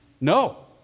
No